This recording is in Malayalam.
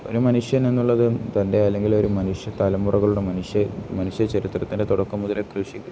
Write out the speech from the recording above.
ഒരു മനുഷ്യൻ എന്നുള്ളതും തൻ്റെ അല്ലെങ്കിൽ ഒരു മനുഷ്യ തലമുറകളുടെ മനുഷ്യ മനുഷ്യ ചരിത്രത്തിൻ്റെ തുടക്കം മുതലേ കൃഷി